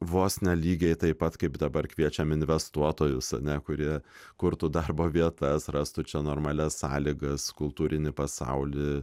vos ne lygiai taip pat kaip dabar kviečiam investuotojus kurie kurtų darbo vietas rastų čia normalias sąlygas kultūrinį pasaulį